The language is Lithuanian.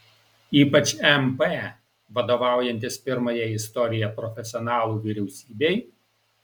ypač mp vadovaujantis pirmajai istorijoje profesionalų vyriausybei